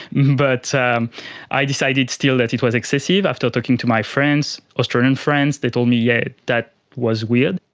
but um i decided still that it was excessive after talking to my friends, australian friends, they told me, yeah, that was weird.